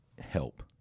help